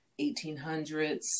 1800s